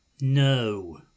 no